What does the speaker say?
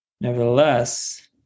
nevertheless